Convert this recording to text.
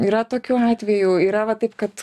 yra tokiu atvejų yra va taip kad